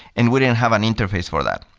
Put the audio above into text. and we didn't have an interface for that.